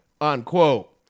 unquote